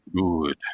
Good